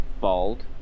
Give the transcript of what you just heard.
bald